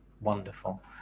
Wonderful